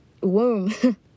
womb